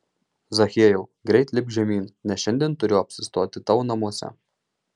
zachiejau greit lipk žemyn nes šiandien turiu apsistoti tavo namuose